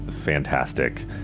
fantastic